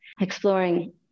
exploring